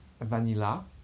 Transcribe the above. vanilla